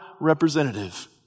representative